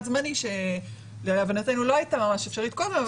זמני שלהבנתנו לא הייתה ממש אפשרית קודם,